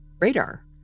radar